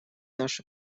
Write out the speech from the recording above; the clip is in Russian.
наши